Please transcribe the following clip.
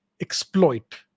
exploit